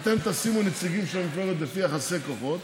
אתם תשימו נציגים של המפלגות לפי יחסי כוחות,